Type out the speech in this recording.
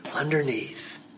Underneath